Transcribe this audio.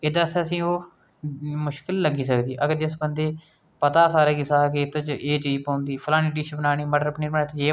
एह् जमीन दी लालसा खत्म निं होई इस बिच प्रेमचंद जी आक्खना चाहंदे न की बंदे ई किन्नी जमीन चाहिदी ऐ दौड़नै ई